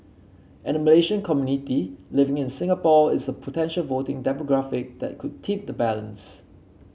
and the Malaysian community living in Singapore is a potential voting demographic that could tip the balance